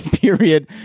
Period